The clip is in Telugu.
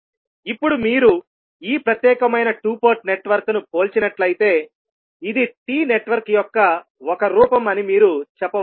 ఇప్పుడు మీరు ఈ ప్రత్యేకమైన 2 పోర్ట్ నెట్వర్క్ను పోల్చినట్లయితే ఇది T నెట్వర్క్ యొక్క ఒక రూపం అని మీరు చెప్పవచ్చు